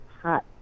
hot